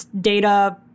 data